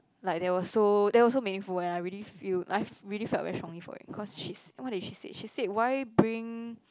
like that was so that was so meaningful and I really feel I really felt very strongly for it cause she's what did she say why bring